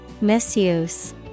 Misuse